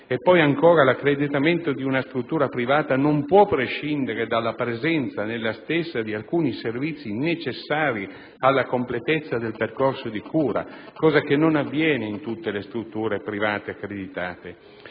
effettuata; l'accreditamento di una struttura privata non può prescindere dalla presenza nella stessa di alcuni servizi necessari alla completezza del percorso di cura, cosa che non avviene in tutte le strutture private accreditate.